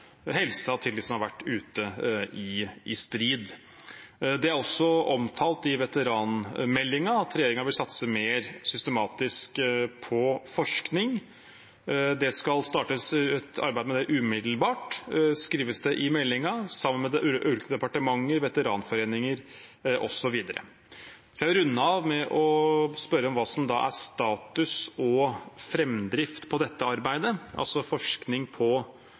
forskning. Det skal startes et arbeid med det umiddelbart, skrives det i meldingen, sammen med de ulike departementer, veteranforeninger osv. Jeg vil runde av med å spørre om hva som er status og framdrift i dette arbeidet, altså når det gjelder forskning på